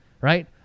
right